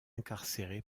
incarcéré